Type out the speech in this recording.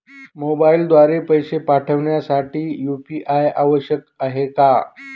मोबाईलद्वारे पैसे पाठवण्यासाठी यू.पी.आय आवश्यक आहे का?